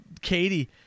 Katie